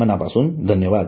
मनापासून धन्यवाद